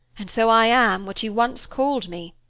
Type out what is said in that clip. and so i am what you once called me,